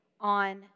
on